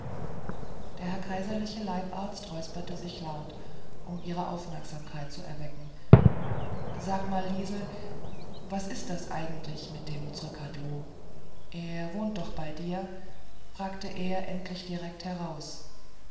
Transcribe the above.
der herr kaiserliche leibarzt räusperte sich laut um ihre aufmerksamkeit zu erwecken sag mal liesel was ist das eigentlich mit dem zrcadlo er wohnt doch bei dir fragte er endlich direkt heraus